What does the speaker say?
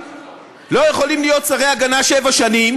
לא יכולים להיות שרי הגנה שבע שנים,